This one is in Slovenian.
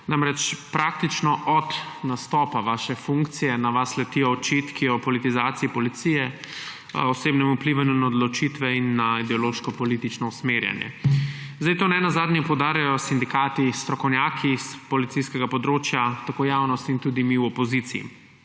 Praktično od nastopa vaše funkcije na vas letijo očitki o politizaciji policije, osebnem vplivanju na odločitve in na ideološko-politično usmerjanje. To ne nazadnje poudarjajo sindikati, strokovnjaki s policijskega področja, javnost in tudi mi v opoziciji.